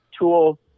tool